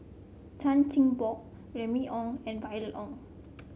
Chan Chin Bock Remy Ong and Violet Oon